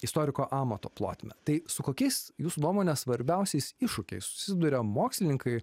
istoriko amato plotmę tai su kokiais jūsų nuomone svarbiausiais iššūkiais susiduria mokslininkai